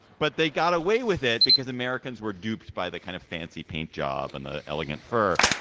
but they got away with it because americans were duped by the kind of fancy paint job and the elegant fur.